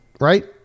right